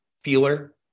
feeler